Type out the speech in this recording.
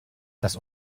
das